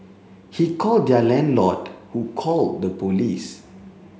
he called their landlord who called the police